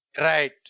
Right